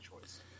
choice